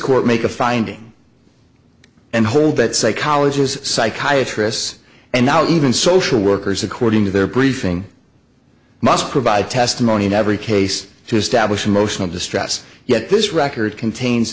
court make a finding and hold that psychologists psychiatrists and now even social workers according to their briefing must provide testimony in every case to establish emotional distress yet this record contains